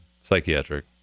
psychiatric